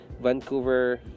vancouver